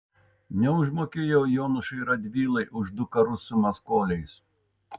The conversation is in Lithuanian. neužmokėjo jonušui radvilai už du karus su maskoliais